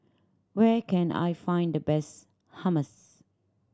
where can I find the best Hummus